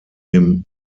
dem